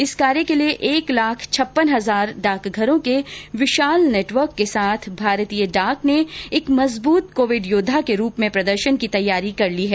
इस कार्य के लिए एक लाख छप्पन हजार डाकघरों के विशाल नेटवर्क के साथ भारतीय डाक ने एक मजबूत कोविड योद्वा के रूप में प्रदर्शन के लिए तैयारी कर ली है